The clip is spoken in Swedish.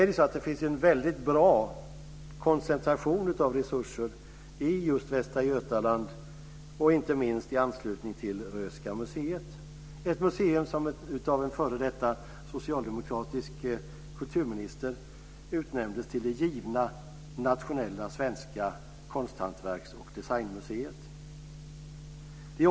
Det finns en bra koncentration av resurser i just Västra Götaland och inte minst i anslutning till Röhsska museet. Det är ett museum som av en f.d. socialdemokratisk kulturminister har utnämnts till det givna nationella svenska konsthantverks och designmuseet.